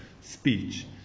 speech